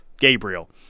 Gabriel